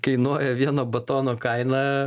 kainuoja vieno batono kainą